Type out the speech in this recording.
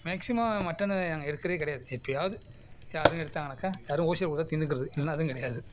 maximum மட்டன்னு நாங்கள் எடுக்கிறதே கிடையாது எப்பியாவது யாரும் எடுத்தாங்கனாக்கா யாரும் ஓசியில் கொடுத்தா திண்ணுக்கிறது இல்லைனா அதுவும் கிடையாது